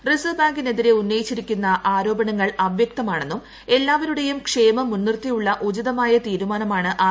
reserve ബാങ്കിനെതിരെ ഉന്നയിച്ചിരിക്കൂന്നു ആരോപണങ്ങൾ അവ്യക്തമാണെന്നും എല്ലാവരുടെയുട്ട് ക്ഷേമം മുൻനിർത്തിയുള്ള ഉചിതമായ തീരുമാനമാണ് ആർ